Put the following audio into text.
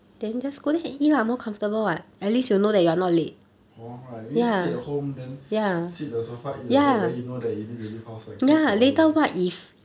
pong right you just sit at home then sit the sofa eat the bread then you know that you need to leave house like so gao wei